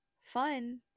fun